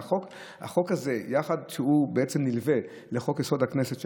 החוק הזה הוא בעצם נלווה לחוק-יסוד: הכנסת,